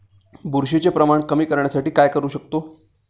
बुरशीचे प्रमाण कमी करण्यासाठी काय करू शकतो?